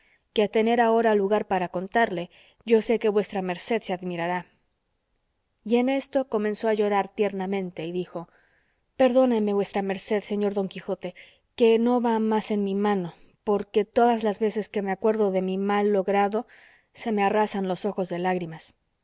que a tener ahora lugar para contarle yo sé que vuestra merced se admirara y en esto comenzó a llorar tiernamente y dijo perdóneme vuestra merced señor don quijote que no va más en mi mano porque todas las veces que me acuerdo de mi mal logrado se me arrasan los ojos de lágrimas